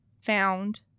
found